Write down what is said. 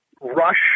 rush